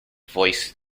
voice